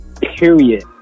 period